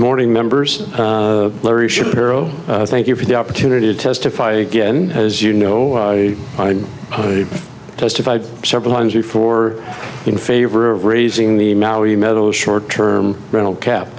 morning members larry shapiro thank you for the opportunity to testify again as you know on testified several times before in favor of raising the maui metal short term rental cap